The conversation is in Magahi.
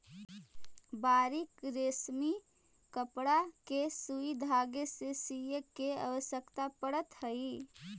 बारीक रेशमी कपड़ा के सुई धागे से सीए के आवश्यकता पड़त हई